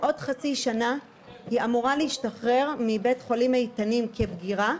בעוד חצי שנה היא אמורה להשתחרר מבית חולים איתנים כבגירה,